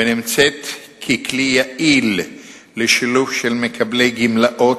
ונמצאת ככלי יעיל לשילוב של מקבלי גמלאות